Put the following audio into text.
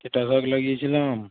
কেতা শাক লাগিয়েছিলাম